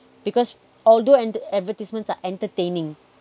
because although an advertisements are entertaining